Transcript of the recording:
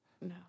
No